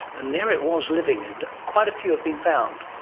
and there it was living, and quite a few have been found.